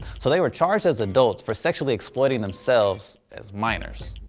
so they were charged as adults, for sexually exploited themselves as minors.